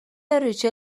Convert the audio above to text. ریچل